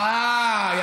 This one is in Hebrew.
אה, זה בסדר.